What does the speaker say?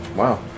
Wow